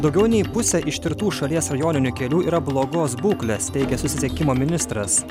daugiau nei pusę ištirtų šalies rajoninių kelių yra blogos būklės teigė susisiekimo ministras